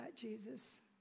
Jesus